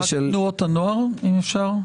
תנועות הנוער אם אפשר?